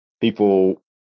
people